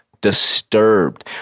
disturbed